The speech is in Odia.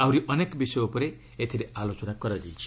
ଆହୁରି ଅନେକ ବିଷୟ ଉପରେ ଏଥିରେ ଆଲୋଚନା କରାଯାଇଛି